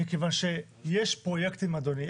מכיוון שיש פרויקטים אדוני,